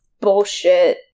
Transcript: bullshit